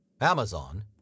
Amazon